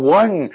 one